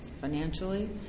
financially